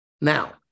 Now